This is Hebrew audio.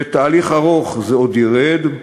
בתהליך ארוך זה עוד ירד.